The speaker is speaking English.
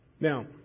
Now